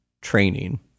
training